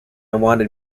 wanted